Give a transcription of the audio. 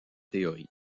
théorie